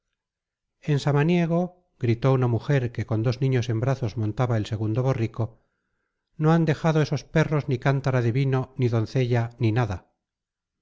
en samaniego chilló una mujer que con dos niños en brazos montaba el segundo borrico no han dejado esos perros ni cántara de vino ni doncella ni nada